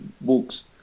books